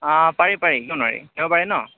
অঁ পাৰি পাৰি কিয় নোৱাৰি দেওবাৰে ন